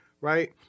Right